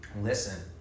listen